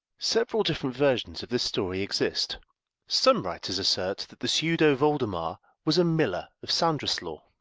several different versions of this story exist some writers assert that the pseudo voldemar was a miller of sandreslaw,